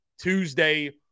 Tuesday